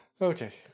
Okay